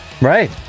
Right